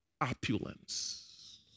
opulence